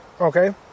okay